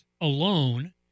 alone